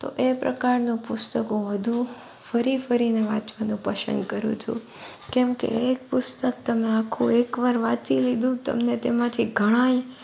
તો એ પ્રકારના પુસ્તકો વધુ ફરી ફરીને વાંચવાનું પસંદ કરું છું કેમ કે એક પુસ્તક તમે આખું એકવાર વાંચી લીધું તમને તેમાંથી ઘણાય